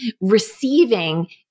Receiving